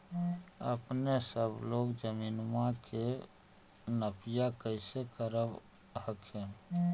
अपने सब लोग जमीनमा के नपीया कैसे करब हखिन?